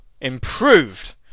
improved